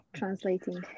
translating